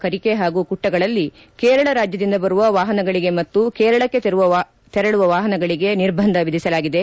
ಕರಿಕೆ ಹಾಗೂ ಕುಟ್ಟ ಗಳಲ್ಲಿ ಕೇರಳ ರಾಜ್ಯದಿಂದ ಬರುವ ವಾಹನಗಳಿಗೆ ಮತ್ತು ಕೇರಳಕ್ಕೆ ತೆರಳುವ ವಾಹನಗಳಿಗೆ ನಿರ್ಬಂಧ ವಿಧಿಸಲಾಗಿದೆ